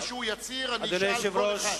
מה שהוא יצהיר, אני אשאל כל אחד.